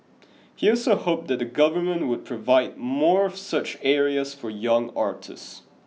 he also hoped that the government would provide more of such areas for young artists